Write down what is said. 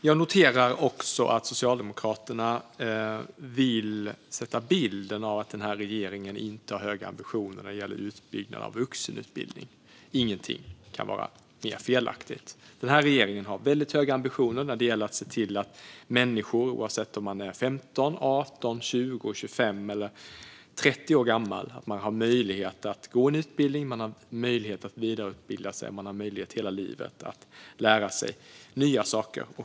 Jag noterar att Socialdemokraterna vill ge en bild av att regeringen inte har höga ambitioner när det gäller utbyggnad av vuxenutbildning. Ingenting kan vara mer felaktigt. Regeringen har höga ambitioner när det gäller att se till att människor, oavsett om de är 15, 18, 20, 25 eller 30 år gamla, har möjlighet att gå en utbildning och vidareutbilda sig och möjlighet att hela livet lära sig nya saker.